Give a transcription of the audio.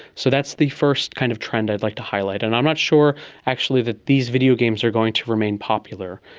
so that's the first kind of trend i'd like to highlight, and i'm not sure actually that these videogames are going to remain popular.